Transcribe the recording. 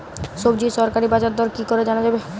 সবজির সরকারি বাজার দর কি করে জানা যাবে?